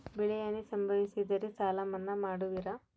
ಬೆಳೆಹಾನಿ ಸಂಭವಿಸಿದರೆ ಸಾಲ ಮನ್ನಾ ಮಾಡುವಿರ?